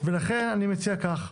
ולכן אני מציע כך,